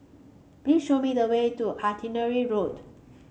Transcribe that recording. please show me the way to Artillery Road